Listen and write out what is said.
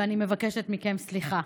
ואני מבקשת מכם סליחה.